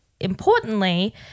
importantly